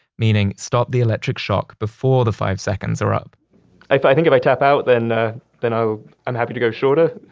meaning, stop the electric shock before the five seconds are up i think if i tap out, then ah then ah i'm happy go shorter.